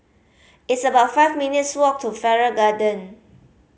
it's about five minutes' walk to Farrer Garden